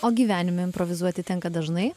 o gyvenime improvizuoti tenka dažnai